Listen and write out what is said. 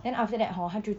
then after that hor 他就